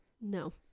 No